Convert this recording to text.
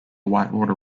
whitewater